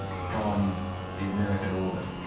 from the american orbit,